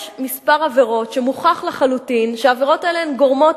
יש כמה עבירות שמוכח לחלוטין שהן גורמות,